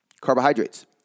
Carbohydrates